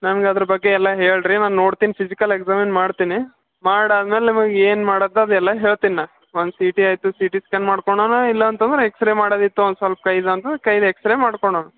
ನಂಗೆ ಅದ್ರ ಬಗ್ಗೆ ಎಲ್ಲ ಹೇಳಿರಿ ನಾನು ನೋಡ್ತೀನಿ ಫಿಸಿಕಲ್ ಎಕ್ಸಾಮಿನ್ ಮಾಡ್ತೀನಿ ಮಾಡಾದ್ಮೇಲೆ ನಿಮಗೆ ಏನು ಮಾಡೋದು ಅದೆಲ್ಲ ಹೇಳ್ತೀನಿ ನಾ ಒಂದು ಸಿ ಟಿ ಆಯಿತು ಸಿ ಟಿ ಸ್ಕ್ಯಾನ್ ಮಾಡ್ಕೊಳ್ಳೋಣ ಇಲ್ಲ ಅಂತಂದ್ರೆ ಎಕ್ಸ್ರೇ ಮಾಡೋದಿತ್ತು ಒಂದು ಸ್ವಲ್ಪ ಕೈದು ಅಂದ್ರೆ ಕೈದು ಎಕ್ಸ್ರೇ ಮಾಡ್ಕೊಳ್ಳೋಣ